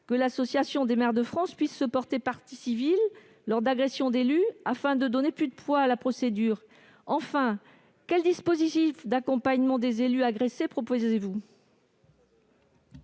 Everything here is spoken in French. d'intercommunalité (AMF) puisse se porter partie civile lors d'agressions d'élus, afin de donner plus de poids à la procédure ? Enfin, quel dispositif d'accompagnement des élus agressés proposez-vous ?